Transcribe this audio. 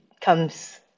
comes